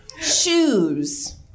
shoes